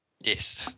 Yes